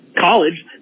college